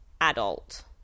adult